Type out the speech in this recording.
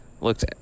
looked